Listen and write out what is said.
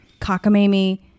cockamamie